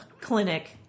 clinic